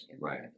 Right